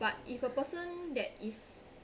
but if a person that is